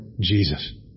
Jesus